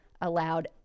allowed